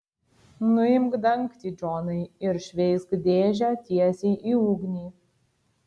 nuimk dangtį džonai ir šveisk dėžę tiesiai į ugnį